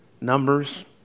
numbers